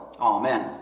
Amen